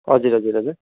हजुर हजुर हजुर